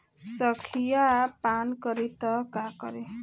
संखिया पान करी त का करी?